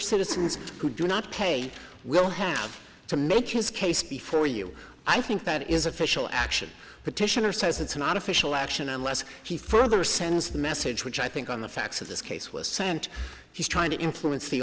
citizens who do not pay will have to make his case before you i think that is official action petitioner says it's an artificial action unless he further sends the message which i think on the facts of this case was sent he's trying to influence the